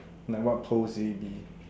like what pose will it be